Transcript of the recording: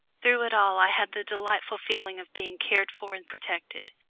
through it all i had the delightful feeling of being cared for and protected,